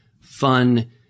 fun